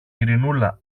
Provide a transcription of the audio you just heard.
ειρηνούλα